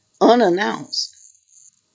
unannounced